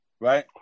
right